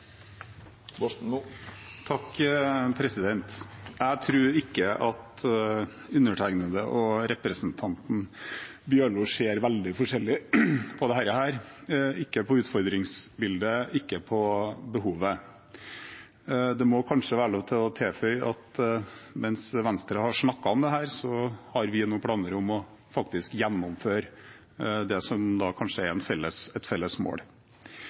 Jeg tror ikke undertegnede og representanten Bjørlo ser veldig forskjellig på dette – verken på utfordringsbildet eller behovet. Men det må kanskje være lov å tilføye at mens Venstre har snakket om det, har vi noen planer om faktisk å gjennomføre det som da kanskje er et felles mål.